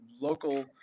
local